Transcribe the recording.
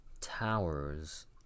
towers